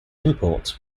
imports